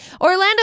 Orlando